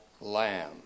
Lamb